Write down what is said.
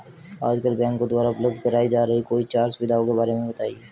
आजकल बैंकों द्वारा उपलब्ध कराई जा रही कोई चार सुविधाओं के बारे में बताइए?